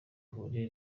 bihuriye